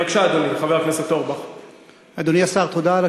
בבקשה, חבר הכנסת אורבך.